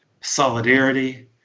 solidarity